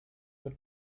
were